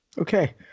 Okay